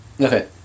Okay